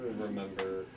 remember